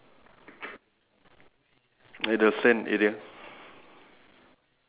how about the what is this called is it a bushes